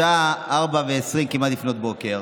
השעה 04:20, כמעט לפנות בוקר.